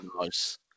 nice